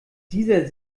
dieser